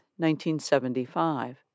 1975